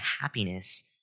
happiness